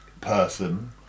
person